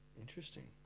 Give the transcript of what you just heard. Interesting